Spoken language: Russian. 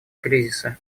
кризисы